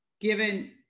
given